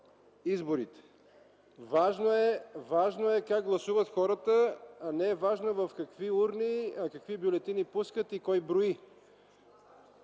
изборите. Важно е как гласуват хората, а не е важно в какви урни, какви бюлетини пускат и кой брои.